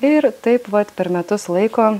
ir taip vat per metus laiko